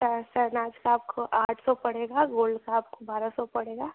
शेहनाज का आपको आठ सौ पड़ेगा और गोल्ड का आपको बारह सौ पड़ेगा